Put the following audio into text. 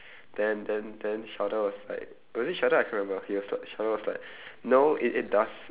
then then then sheldon was like was it sheldon I can't remember he was like sheldon was like no it it does